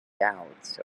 doubts